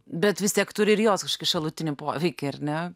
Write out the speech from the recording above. bet vis tiek turi ir jos šalutinį poveikį ar ne